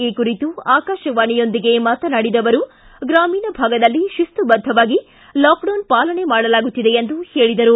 ಈ ಕುರಿತು ಆಕಾಶವಾಣಿಯೊಂದಿಗೆ ಮಾತನಾಡಿದ ಅವರು ಗ್ರಾಮೀಣ ಭಾಗದಲ್ಲಿ ಶಿಸ್ತು ಬದ್ದವಾಗಿ ಲಾಕ್ಡೌನ್ ಪಾಲನೆ ಮಾಡಲಾಗುತ್ತಿದೆ ಎಂದು ಹೇಳಿದರು